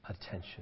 attention